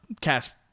cast